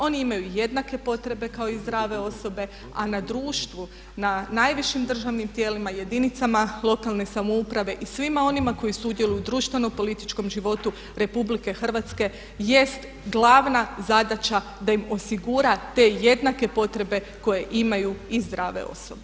Oni imaju jednake potrebe kao i zdrave osobe, a na društvu, na najvišim državnim tijelima jedinicama lokalne samouprave i svima onima koji sudjeluju u društveno-političkom životu Republike Hrvatske jest glavna zadaća da im osigura te jednake potrebe koje imaju i zdrave osobe.